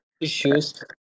Issues